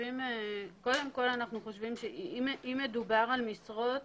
קודם כל אנחנו חושבים שאם מדובר על משרות